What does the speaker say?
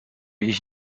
ich